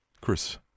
chris